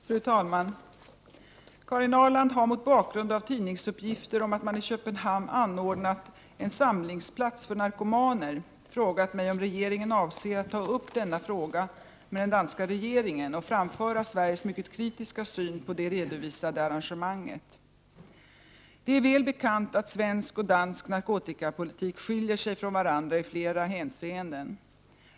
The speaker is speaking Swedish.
Fru talman! Karin Ahrland har mot bakgrund av tidningsuppgifter om att man i Köpenhamn anordnat en samlingsplats för narkomaner frågat mig om regeringen avser att ta upp denna fråga med den danska regeringen och framföra Sveriges mycket kritiska syn på det redovisade arrangemanget. Det är väl bekant att svensk och dansk narkotikapolitik skiljer sig från varandra i flera hänseenden.